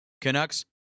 Canucks